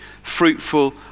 fruitful